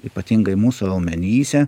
ypatingai mūsų raumenyse